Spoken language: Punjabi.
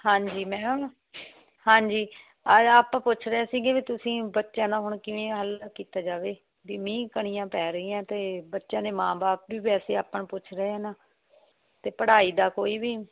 ਹਾਂਜੀ ਮੈਮ ਹਾਂਜੀ ਆਜ ਆਪਾਂ ਪੁੱਛਦੇ ਸੀਗੇ ਬਈ ਤੁਸੀਂ ਬੱਚਿਆਂ ਨਾਲ ਹੁਣ ਕਿਵੇਂ ਹੱਲ ਕੀਤਾ ਜਾਵੇ ਬਈ ਮੀਂਹ ਕਣੀਆਂ ਪੈ ਰਹੀਆਂ ਅਤੇ ਬੱਚਿਆਂ ਦੇ ਮਾਂ ਬਾਪ ਬਈ ਵੈਸੇ ਆਪਾਂ ਨੂੰ ਪੁੱਛ ਰਹੇ ਆ ਨਾ ਅਤੇ ਪੜ੍ਹਾਈ ਦਾ ਕੋਈ ਵੀ